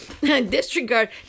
Disregard